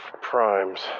primes